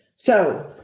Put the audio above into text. so,